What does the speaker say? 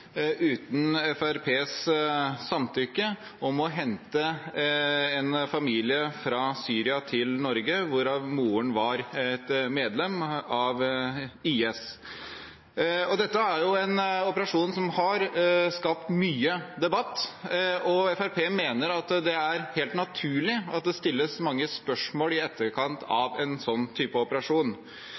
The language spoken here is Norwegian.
uten Fremskrittspartiets samtykke, om å hente en familie fra Syria til Norge, hvorav moren var medlem av IS. Dette er jo en operasjon som har skapt mye debatt, og Fremskrittspartiet mener det er helt naturlig at det stilles mange spørsmål i etterkant av en sånn type operasjon.